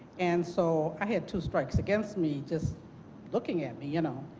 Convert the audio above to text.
and so i had two strikes against me just looking at me. you know